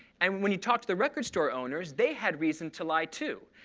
and when you talked to the record store owners, they had reason to lie, too,